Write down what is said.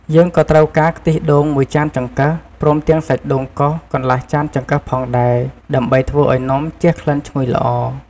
យើងក៏ត្រូវការខ្ទិះដូង ១ ចានចង្កឹះ ព្រមទាំងសាច់ដូងកោស កន្លះចានចង្កឹះផងដែរ ដើម្បីធ្វើឱ្យនំជះក្លិនឈ្ងុយល្អ។